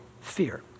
fear